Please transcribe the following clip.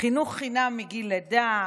חינוך חינם מגיל לידה,